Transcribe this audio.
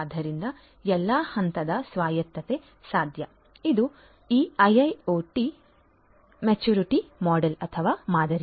ಆದ್ದರಿಂದ ಎಲ್ಲಾ ಹಂತದ ಸ್ವಾಯತ್ತತೆ ಸಾಧ್ಯ ಆದ್ದರಿಂದ ಇದು ಈ IIoT ಮೆಚುರಿಟಿ ಮಾದರಿ